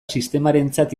sistemarentzat